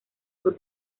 sur